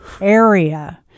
area